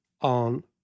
on